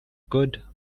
good